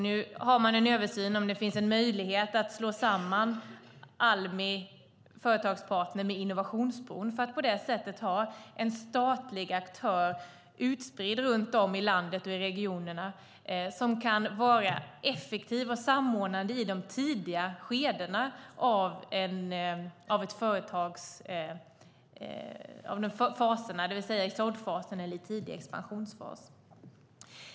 Nu gör man en översyn för att se om det finns en möjlighet att slå samman Almi Företagspartner med Innovationsbron, för att på det sättet ha statliga aktörer utspridda i regionerna runt om i landet som kan vara effektiva och samordnande i de tidiga skedena, det vill säga i såddfas eller tidig expansionsfas.